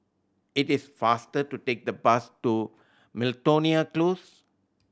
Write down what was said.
it is faster to take the bus to Miltonia Close